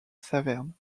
saverne